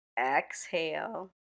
Exhale